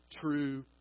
true